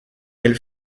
elle